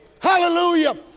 hallelujah